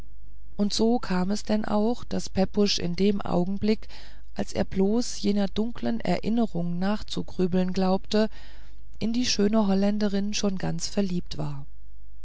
und so kam es denn auch daß pepusch in dem augenblick als er bloß jener dunklen erinnerung nachzugrübeln glaubte in die schöne holländerin schon ganz verliebt war